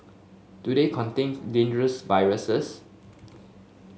do they contain dangerous viruses